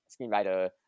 screenwriter